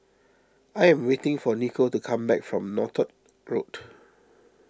I am waiting for Nico to come back from Northolt Road